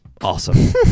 awesome